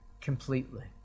completely